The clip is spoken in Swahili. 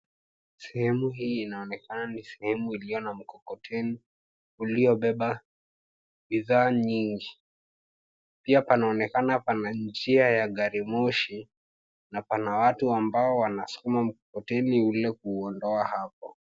Sehemu hii inaonekana ni sehemu iliyo na mkokoteni, uliobeba bidhaa nyingi. Pia panaonekana pana njia ya gari moshi na pana watu ambao wanasukuma mkokoteni ule kuuondoa hapo.